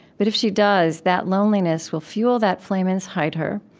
but if she does, that loneliness will fuel that flame inside her,